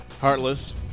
heartless